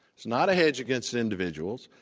it's not a hedge against individuals.